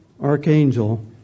archangel